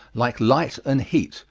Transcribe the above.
like light and heat,